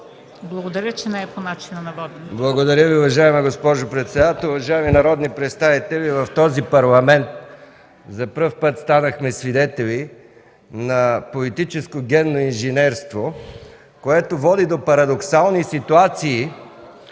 Благодаря. Уважаема госпожо председател, уважаеми народни представители! В този парламент за първи път станахме свидетели на политическо генно инженерство, което води до парадоксални ситуации,